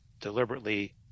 deliberately